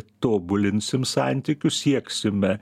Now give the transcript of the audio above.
tobulinsim santykius sieksime